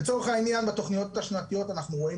לצורך העניין בתכניות השנתיות אנחנו רואים